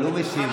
בוסו,